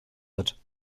hat